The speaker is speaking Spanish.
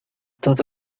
todo